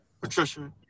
Patricia